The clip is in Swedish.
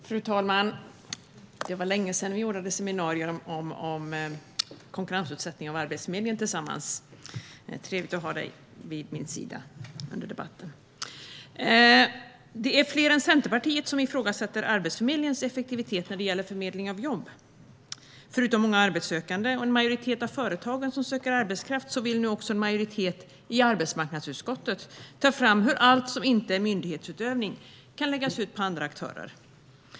Fru talman! Det var länge sedan som vi tillsammans anordnade seminarium om konkurrensutsättning av Arbetsförmedlingen. Det är trevligt att ha dig vid min sida under debatten. Det är fler än Centerpartiet som ifrågasätter Arbetsförmedlingens effektivitet när det gäller förmedling av jobb. Förutom många arbetssökande och en majoritet av företagen som söker arbetskraft vill nu också en majoritet i arbetsmarknadsutskottet ta fram hur allt som inte är myndighetsutövning kan läggas ut på andra aktörer.